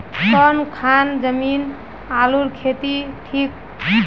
कौन खान जमीन आलूर केते ठिक?